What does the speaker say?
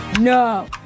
no